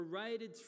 paraded